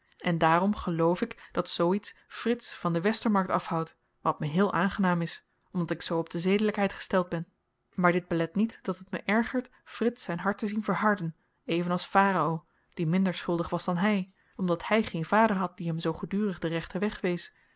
en daarom geloof ik dat zoo iets frits van de westermarkt afhoudt wat me heel aangenaam is omdat ik zoo op zedelykheid gesteld ben maar dit belet niet dat het me ergert frits zyn hart te zien verharden even als pharao die minder schuldig was dan hy omdat hy geen vader had die hem zoo gedurig den rechten